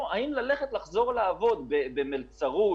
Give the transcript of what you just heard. או עדיף לחזור ולעבוד במלצרות,